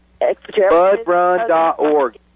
Budrun.org